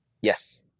Yes